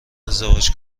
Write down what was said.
ازدواج